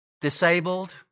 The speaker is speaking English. disabled